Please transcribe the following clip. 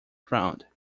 ground